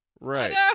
right